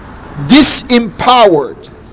Disempowered